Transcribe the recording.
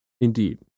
Indeed